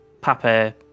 Papa